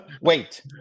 wait